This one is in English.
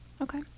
Okay